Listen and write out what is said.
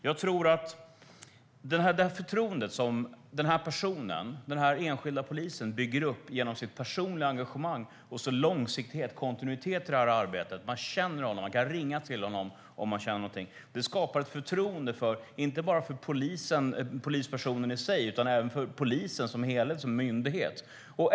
Det handlar om det förtroende som den personen, den enskilda polisen, bygger upp genom sitt personliga engagemang, långsiktighet och kontinuitet i arbetet. Man känner honom, och man kan ringa till honom om man vill någonting. Det skapar ett förtroende inte bara för polispersonen i sig utan även för polisen som helhet och myndighet.